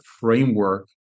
framework